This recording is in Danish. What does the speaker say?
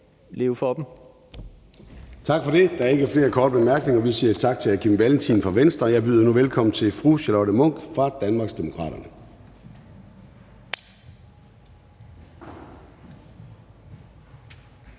Gade): Så er der ikke flere korte bemærkninger, så vi siger tak til hr. Kim Valentin fra Venstre. Jeg byder nu velkommen til fru Charlotte Munch fra Danmarksdemokraterne.